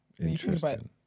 Interesting